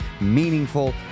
meaningful